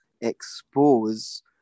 expose